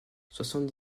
soixante